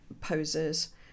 poses